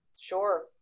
Sure